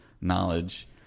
knowledge